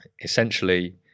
essentially